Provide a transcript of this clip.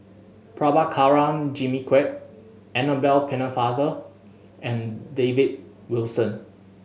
Prabhakara Jimmy Quek Annabel Pennefather and David Wilson